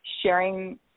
sharing